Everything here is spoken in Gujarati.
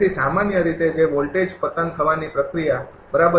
તેથી સામાન્ય રીતે તે વોલ્ટેજ પતન થવાની પ્રક્રિયા બરાબર